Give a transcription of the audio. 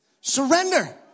Surrender